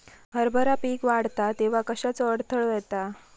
हरभरा पीक वाढता तेव्हा कश्याचो अडथलो येता?